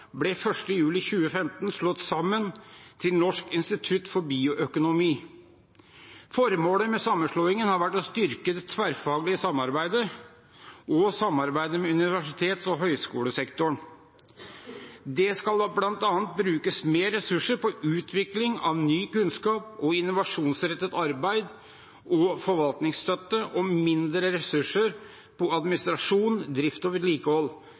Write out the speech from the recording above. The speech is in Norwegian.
ble 1. juli 2015 slått sammen til Norsk institutt for bioøkonomi. Formålet med sammenslåingen var å styrke det tverrfaglige samarbeidet og samarbeidet med universitets- og høyskolesektoren. Det skal bl.a. brukes mer ressurser på utvikling av ny kunnskap, innovasjonsrettet arbeid og forvaltningsstøtte og mindre ressurser på administrasjon, drift og vedlikehold.